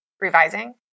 revising